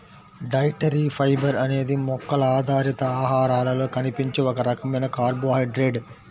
dietary fibre అనేది మొక్కల ఆధారిత ఆహారాలలో కనిపించే ఒక రకమైన కార్బోహైడ్రేట్